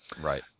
right